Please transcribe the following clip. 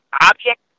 object